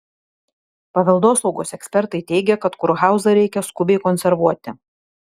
paveldosaugos ekspertai teigia kad kurhauzą reikia skubiai konservuoti